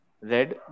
red